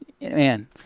man